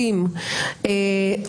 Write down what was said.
איפה אזהרות הביטחוניסטים?